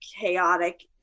chaotic